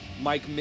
Mike